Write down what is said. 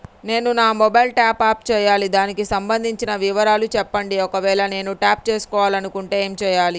నేను నా mobile top up చేయాలి దానికి సంబంధించిన వివరాలు చెప్పండి ఒకవేళ నేను టాప్ చేసుకోవాలనుకుంటే ఏం చేయాలి?